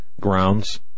grounds